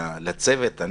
לצוות.